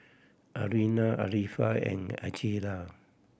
Aina Arifa and Aqeelah